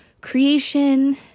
creation